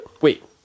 Wait